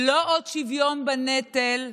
לא עוד שוויון בנטל,